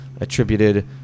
attributed